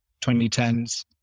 2010s